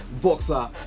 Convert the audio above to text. boxer